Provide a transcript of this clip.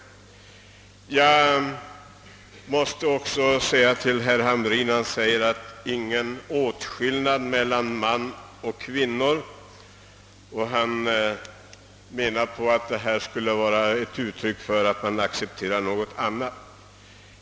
Herr Hamrin sade att det inte får göras åtskillnad mellan män och kvinnor, och han menade väl att utskottsmajoritetens uppfattning skulle vara ett uttryck för att man på det hållet accepterar en åtskillnad.